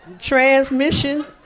Transmission